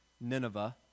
Nineveh